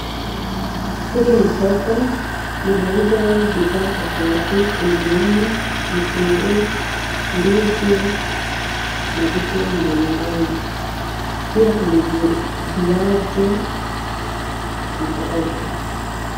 Hili ni soko linauza bidhaa tofauti kuna nyanya, vitunguu, ndizi na vitu mbalimbali. Pia kuna viazi na kadhalika.